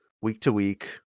week-to-week